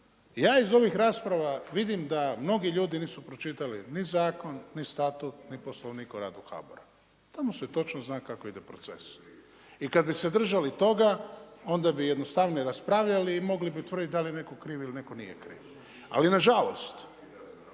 ja iz ovih rasprava vidim da mnogi ljudi nisu pročitali, ni zakon, ni statut ni poslovnik o radu HABOR-a. Tamo se točno zna kako ide proces. I kad bi se držali toga, onda bi jednostavnije raspravljali i mogli bi utvrditi da li je netko kriv ili netko nije kriv. Ali nažalost,